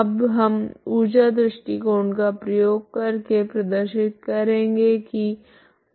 अब हम ऊर्जा दृष्टिकोण का प्रयोग कर के प्रदर्शित करेगे की w1w0